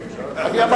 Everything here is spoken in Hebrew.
לא הגדרתי את הצרכים.